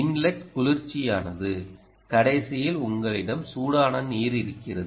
inlet குளிர்ச்சியானது கடைசியில் உங்களிடம் சூடான நீர் இருக்கிறது